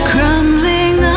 Crumbling